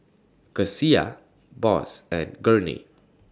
Kecia Boss and Gurney